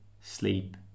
sleep